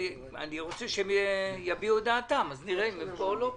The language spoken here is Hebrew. אני רוצה שהם יביעו את דעתם ואז נראה אם הם פה או לא פה.